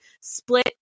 split